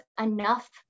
enough